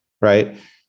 right